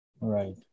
Right